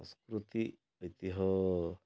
ସଂସ୍କୃତି ଐତିହ